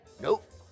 nope